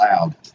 loud